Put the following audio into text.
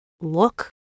look